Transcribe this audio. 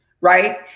right